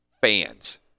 fans